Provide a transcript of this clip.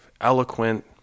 eloquent